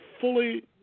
fully